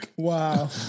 Wow